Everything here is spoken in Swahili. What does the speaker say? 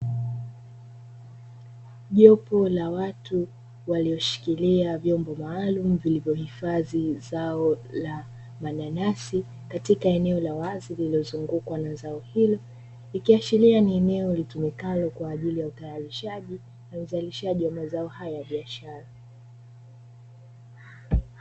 Jopo la walioshikilia vyombo maalumu vilivyo hifadhi zao la mananasi katika eneo la wazi lililozungukwa na zao hilo, ikiashiria ni eneo litumikalo kwa ajili ya uzalishaji wa mazao hayo ya biashara.